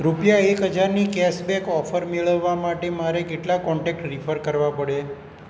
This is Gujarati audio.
રૂપિયા એક હજારની કેસબેક ઓફર મેળવવા માટે મારે કેટલા કોન્ટેક્ટ રીફર કરવા પડે